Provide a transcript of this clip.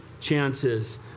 chances